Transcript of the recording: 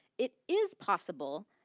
it is possible